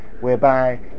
whereby